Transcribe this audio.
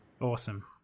Awesome